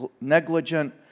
negligent